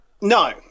No